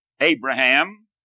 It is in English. Abraham